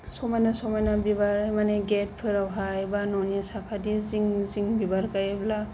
समायना समायना बिबार माने गेटफोरावहाय एबा न'नि साखाथि जिं जिं बिबार गायोब्ला